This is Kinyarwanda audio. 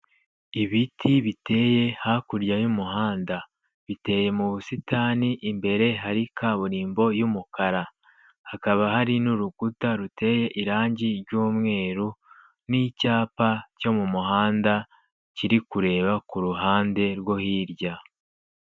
Ibiti biteye hakurya y'umuhanda, biteye mu busitani, imbere hari kaburimbo y'umukara, hakaba hari n'urukuta ruteye irangi ry'umweru n'icyapa cyo mu muhanda kiri kureba kuru ruhande rwo hirya.